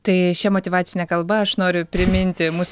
tai šia motyvacine kalba aš noriu priminti mūsų